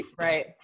Right